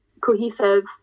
cohesive